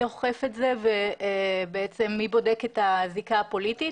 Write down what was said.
אוכף את זה ומי בודק את הזיקה הפוליטית.